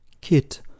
kit